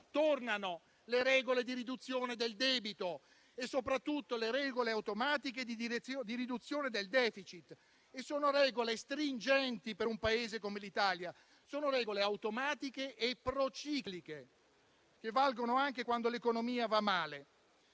tornano le regole di riduzione del debito e soprattutto le regole automatiche di riduzione del *deficit* e sono regole stringenti per un Paese come l'Italia. Sono regole automatiche e procicliche, che valgono anche quando l'economia va male.